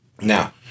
now